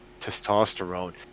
testosterone